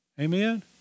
amen